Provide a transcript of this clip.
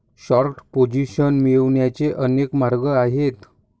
short position मिळवण्याचे अनेक मार्ग आहेत